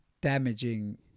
damaging